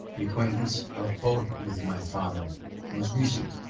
the acquaintance of both with my father was recent,